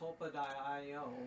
tulpa.io